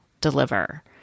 deliver